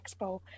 Expo